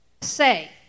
Say